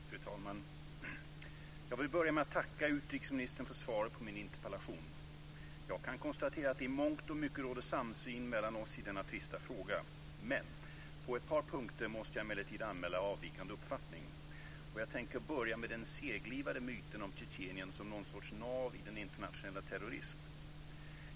Fru talman! Jag vill börja med att tacka utrikesministern för svaret på min interpellation. Jag kan konstatera att det i mångt och mycket råder samsyn mellan oss i denna trista fråga. Men på ett par punkter måste jag emellertid anmäla avvikande uppfattning. Och jag tänker börja med den seglivade myten om Tjetjenien som någon sorts nav i den internationella terrorismen.